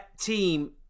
team